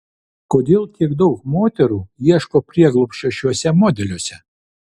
kodėl tiek daug moterų ieško prieglobsčio šiuose modeliuose